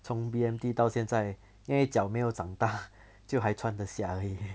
从 B_M_T 到现在因为脚没有长大就还穿得下而已